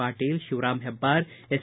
Patil Shivaram Hebdar S